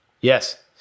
Yes